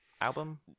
album